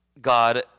God